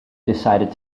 decided